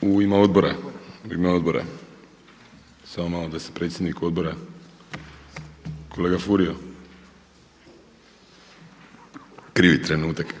Prvi u ime odbora. Samo malo da se predsjednik odbora, kolega Furio krivi trenutak.